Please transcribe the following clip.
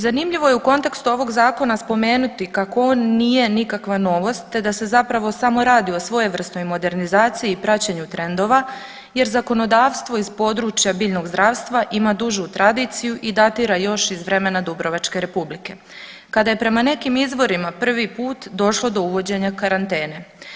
Zanimljivo je u kontekstu ovog zakona spomenuti kako on nije nikakva novost te da se zapravo samo radi o svojevrsnoj modernizaciji i praćenju trendova jer zakonodavstvo iz područja biljnog zdravstva ima dužu tradiciju i datira još iz vremena Dubrovačke Republike kada je prema nekim izvorima prvi put došlo do uvođenja karantene.